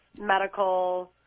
medical